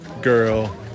girl